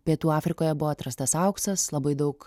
pietų afrikoje buvo atrastas auksas labai daug